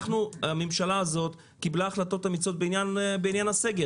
הממשלה הזאת קיבלה החלטות אמיצות בעניין הסגר,